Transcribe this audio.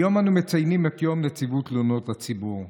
היום אנו מציינים את יום נציבות תלונות הציבור,